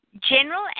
General